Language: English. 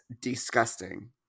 disgusting